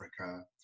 Africa